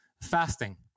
fasting